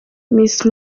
miss